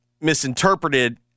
misinterpreted